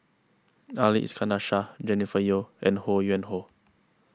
Ali Iskandar Shah Jennifer Yeo and Ho Yuen Hoe